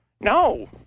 No